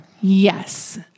Yes